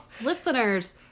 Listeners